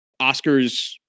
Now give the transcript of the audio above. Oscars